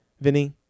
Vinny